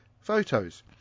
photos